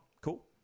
Cool